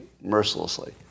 mercilessly